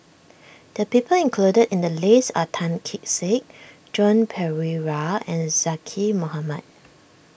the people included in the list are Tan Kee Sek Joan Pereira and Zaqy Mohamad